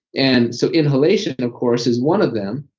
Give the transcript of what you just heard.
and so, inhalation of course, is one of them,